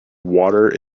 water